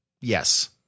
yes